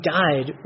died